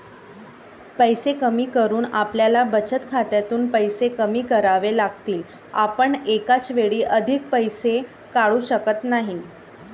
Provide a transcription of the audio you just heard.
पैसे कमी करून आपल्याला बचत खात्यातून पैसे कमी करावे लागतील, आपण एकाच वेळी अधिक पैसे काढू शकत नाही